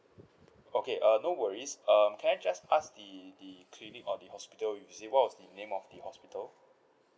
okay uh no worries um can I just ask the the clinic or the hospital you visit what was the name of the hospital